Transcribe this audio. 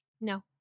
no